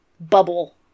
bubble